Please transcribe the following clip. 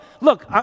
look